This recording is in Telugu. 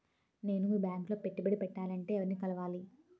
నేను మీ బ్యాంక్ లో పెట్టుబడి పెట్టాలంటే ఎవరిని కలవాలి?